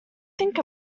think